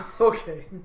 Okay